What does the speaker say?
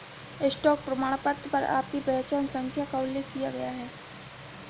stock प्रमाणपत्र पर आपकी पहचान संख्या का उल्लेख किया गया है